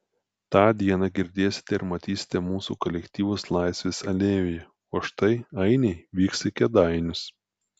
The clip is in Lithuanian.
tą dieną girdėsite ir matysite mūsų kolektyvus laisvės alėjoje o štai ainiai vyks į kėdainius